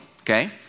okay